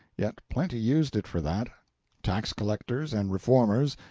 yet plenty used it for that tax collectors, and reformers,